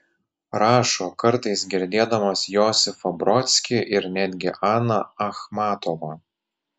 rašo kartais girdėdamas josifą brodskį ir netgi aną achmatovą